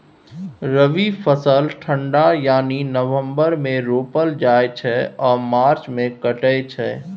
रबी फसल ठंढा यानी नवंबर मे रोपल जाइ छै आ मार्च मे कटाई छै